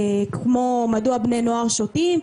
כמו מדוע בני נוער שותים,